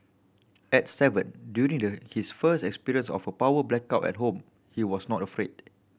at seven during his first experience of a power blackout at home he was not afraid